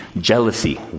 jealousy